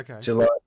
July